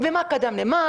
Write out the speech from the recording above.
ומה קדם למה,